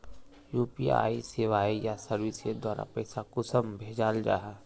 UPI सेवाएँ या services द्वारा पैसा कुंसम भेजाल जाहा?